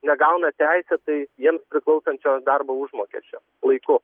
negauna teisėtai jiems priklausančio darbo užmokesčio laiku